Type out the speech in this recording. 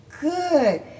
good